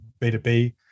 B2B